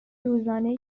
روزانهای